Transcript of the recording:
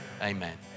Amen